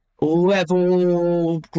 level